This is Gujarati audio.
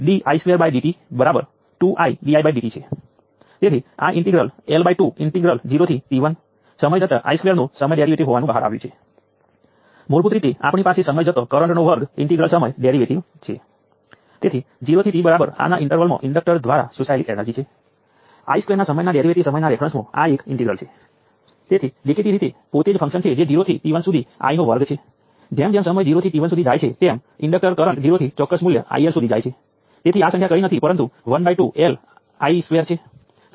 તેથી B શાખાઓ અને દરેક શાખાને બે ટર્મિનલ એલિમેન્ટ ગણી શકાય તો પછી આપણી પાસે મૂળભૂત રીતે B વોલ્ટેજ અને B કરંટોને ઉકેલવા માટે 2 B ચલ હશે